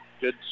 Good